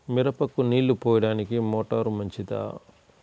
మిరపకు నీళ్ళు పోయడానికి మోటారు మంచిదా?